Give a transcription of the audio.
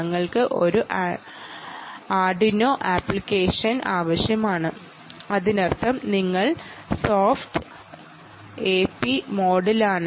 ഞങ്ങൾക്ക് ഒരു Arduino application ആവശ്യമാണ് അതിനർത്ഥം നിങ്ങൾ സോഫ്റ്റ് എപി മോഡിലാണ്